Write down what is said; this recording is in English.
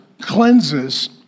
cleanses